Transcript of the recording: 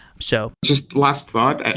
so just last thought. and